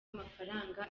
amafaranga